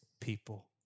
people